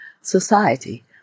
society